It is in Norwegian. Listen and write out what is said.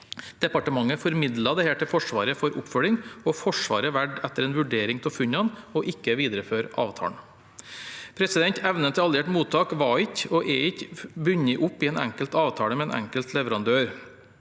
Departementet formidlet dette til Forsvaret for oppfølging, og Forsvaret valgte etter en vurdering av funnene ikke å videreføre avtalen. Evnen til alliert mottak var ikke – og er ikke – bundet opp i en enkelt avtale med en enkelt leverandør.